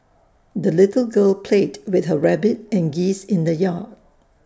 the little girl played with her rabbit and geese in the yard